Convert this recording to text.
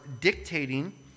dictating